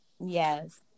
Yes